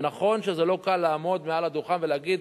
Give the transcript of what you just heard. ונכון שזה לא קל לעמוד מעל הדוכן ולהגיד: